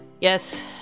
yes